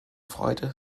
freude